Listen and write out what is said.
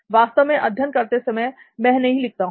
वास्तव में अध्ययन करते समय मैं नहीं लिखता हूं